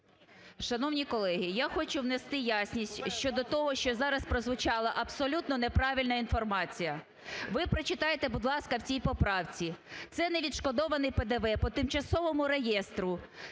Шановні колеги, я хочу внести ясність щодо того, що зараз прозвучала абсолютно неправильна інформація. Ви прочитайте, будь ласка, в цій поправці. Це – невідшкодований ПДВ по тимчасовому реєстру,